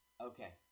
Okay